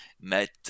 met